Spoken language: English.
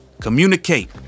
Communicate